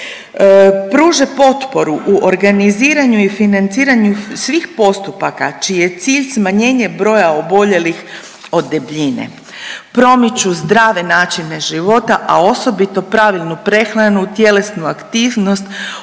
pruže potporu u organiziranju i financiranju svih postupaka čiji je cilj smanjenje broja oboljelih od debljine, promiču zdrave načine života, a osobito pravilnu prehranu, tjelesnu aktivnost,